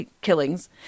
killings